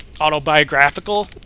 autobiographical